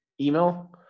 email